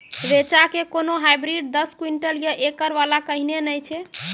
रेचा के कोनो हाइब्रिड दस क्विंटल या एकरऽ वाला कहिने नैय छै?